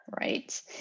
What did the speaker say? right